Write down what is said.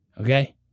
okay